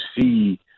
see